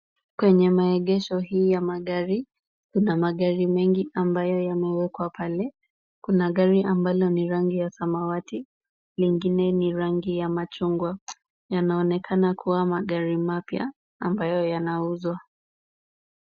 Kwenye maegesho hii ya magari, kuna magari mengi ambayo yamewekwa pale. Kuna gari ambalo ni rangi ya samawati, lingine ni rangi ya machungwa. Yanaonekana kuwa magari mapya ambayo yanauzwa.